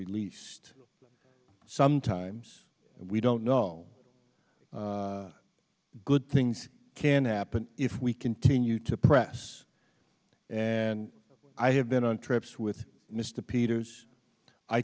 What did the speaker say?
released sometimes we don't know good things can happen if we continue to press and i have been on trips with mr peters i